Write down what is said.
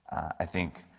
i think